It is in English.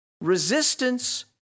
Resistance